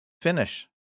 finish